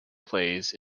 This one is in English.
plays